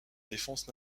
défense